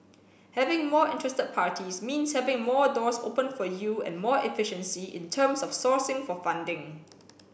having more interested parties means having more doors open for you and more efficiency in terms of sourcing for funding